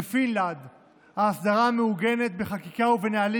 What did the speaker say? בפינלנד ההסדרה מעוגנת בחקיקה ובנהלים